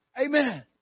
Amen